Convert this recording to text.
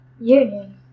union